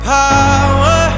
power